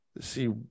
see